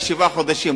אני בתפקיד שבעה חודשים,